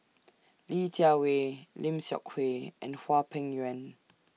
Li Jiawei Lim Seok Kui and Hwang Peng Yuan